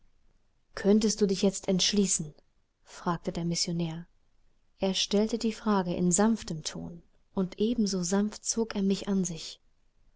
könntest du dich jetzt entschließen fragte der missionär er stellte die frage in sanftem ton und ebenso sanft zog er mich an sich